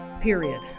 Period